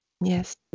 yes